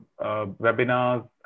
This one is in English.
webinars